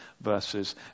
verses